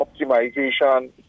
optimization